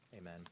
Amen